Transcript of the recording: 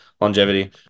longevity